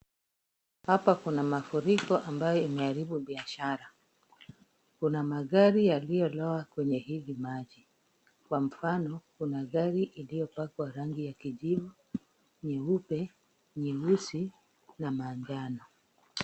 Hapa kuna mafuriko ambayo imeharibu biashara. Kuna magari yaliyolowa kwenye hizi maji. Kwa mfano, kuna gari iliyopakwa rangi ya kijivu, nyeupe, nyeusi, na manjano.